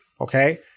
okay